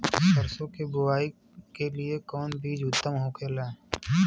सरसो के बुआई के लिए कवन बिज उत्तम होखेला?